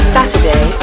Saturday